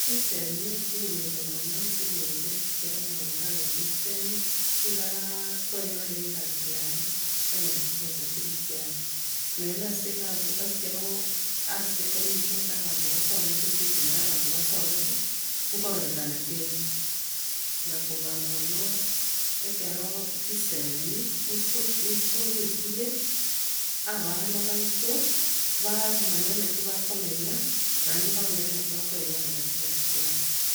Chisemi ne echia eng'encho mono ase eng'encho ogise ekero omonto anyorire chisemi, nigo akoenyorera egasi yaye, onyora chibesa chire echiaye. Nonya na ase igabu ogise ekero ase ecommunity ase abanto basomete gose ekenyoro abanto basomete, nkororekana kere, na kobua mono, ekero chisemi nkot- nkwo geichire, abana baito bamanya naki bakomenya naende bamanya naki bakoenyorera chibesa chiabo.